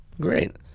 Great